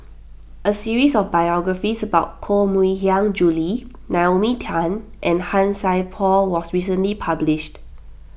a series of biographies about Koh Mui Hiang Julie Naomi Tan and Han Sai Por was recently published